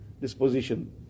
disposition